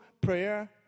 prayer